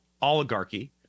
oligarchy